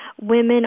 Women